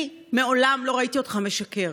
אני מעולם לא ראיתי אותך משקר,